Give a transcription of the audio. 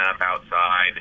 outside